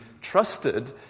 trusted